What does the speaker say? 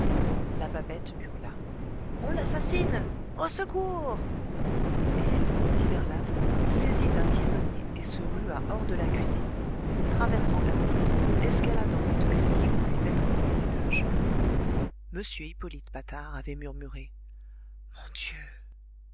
la babette hurla on l'assassine au secours et elle bondit vers l'âtre y saisit un tisonnier et se rua hors de la cuisine traversant la voûte escaladant les degrés qui conduisaient au premier étage m hippolyte patard avait murmuré mon dieu